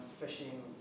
fishing